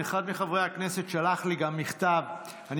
אחד מחברי הכנסת שלח לי גם מכתב: אני